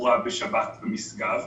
תחבורה בשבת במשגב.